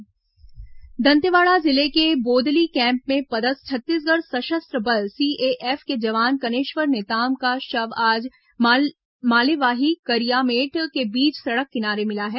जवान सरपंच हत्या दंतेवाड़ा जिले के बोदली कैम्प में पदस्थ छत्तीसगढ़ सशस्त्र बल सीएएफ के जवान कनेश्वर नेताम का शव आज मालेवाही करियामेट के बीच सड़क किनारे मिला है